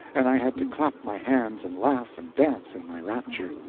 and i had to clap my hands and laugh and dance in my rapture,